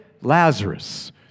Lazarus